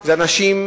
זה אנשים,